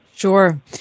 Sure